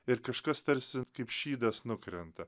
ir kažkas tarsi kaip šydas nukrenta